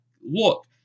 look